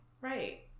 right